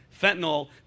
fentanyl